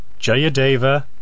Jayadeva